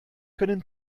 können